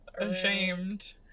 ashamed